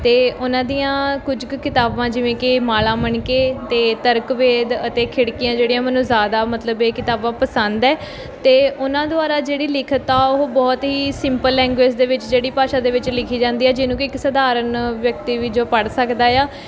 ਅਤੇ ਉਨ੍ਹਾਂ ਦੀਆਂ ਕੁਝ ਕੁ ਕਿਤਾਬਾਂ ਜਿਵੇਂ ਕਿ ਮਾਲਾ ਮਣਕੇ ਅਤੇ ਤਰਕਵੇਦ ਅਤੇ ਖਿੜਕੀਆਂ ਜਿਹੜੀਆਂ ਮੈਨੂੰ ਜ਼ਿਆਦਾ ਮਤਲਬ ਇਹ ਕਿਤਾਬਾਂ ਪਸੰਦ ਹੈ ਅਤੇ ਉਹਨਾਂ ਦੁਆਰਾ ਜਿਹੜੀ ਲਿਖਤ ਆ ਉਹ ਬਹੁਤ ਹੀ ਸਿੰਪਲ ਲੈਂਗੁਏਜ ਦੇ ਵਿੱਚ ਜਿਹੜੀ ਭਾਸ਼ਾ ਦੇ ਵਿੱਚ ਲਿਖੀ ਜਾਂਦੀ ਹੈ ਜਿਹਨੂੰ ਕਿ ਇੱਕ ਸਧਾਰਨ ਵਿਅਕਤੀ ਵੀ ਜੋ ਪੜ੍ਹ ਸਕਦਾ ਆ